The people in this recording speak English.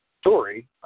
story